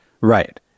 Right